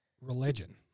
Religion